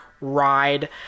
ride